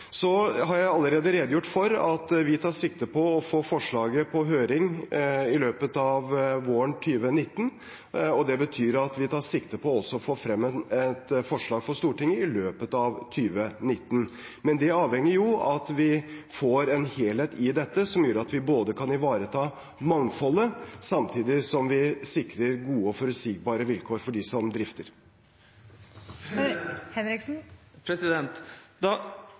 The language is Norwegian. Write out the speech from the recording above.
Jeg har allerede redegjort for at vi tar sikte på å få forslaget ut på høring i løpet av våren 2019. Det betyr at vi tar sikte på å få frem et forslag for Stortinget i løpet av 2019. Men det avhenger av at vi får en helhet i dette som gjør at vi kan ivareta mangfoldet, samtidig som at vi sikrer gode og forutsigbare vilkår for dem som drifter. Da